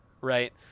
right